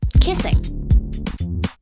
Kissing